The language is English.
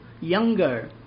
younger